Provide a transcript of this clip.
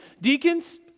deacons